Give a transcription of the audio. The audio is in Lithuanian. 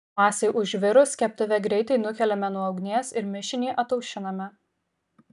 masei užvirus keptuvę greitai nukeliame nuo ugnies ir mišinį ataušiname